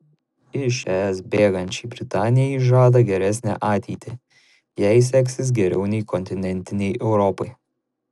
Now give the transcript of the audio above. iš es bėgančiai britanijai žada geresnę ateitį jai seksis geriau nei kontinentinei europai